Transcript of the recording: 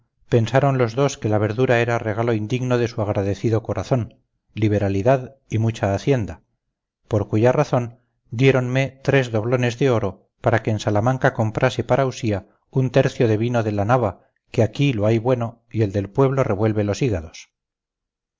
pensaron los dos que la verdura era regalo indigno de su agradecido corazón liberalidad y mucha hacienda por cuya razón diéronme tres doblones de oro para que en salamanca comprase para usía un tercio de vino de la nava que aquí lo hay bueno y el del pueblo revuelve los hígados